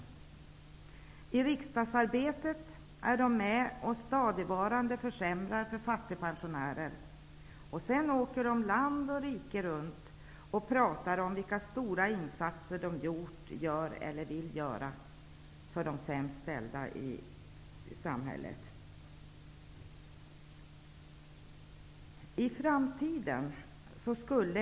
Deras insatser i riksdagsarbetet leder till ett stadigvarande försämrande för fattigpensionärer. Sedan åker de land och rike runt och pratar om vilka stora insatser de gjort, gör eller vill göra för de sämst ställda i samhället.